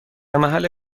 محل